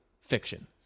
fiction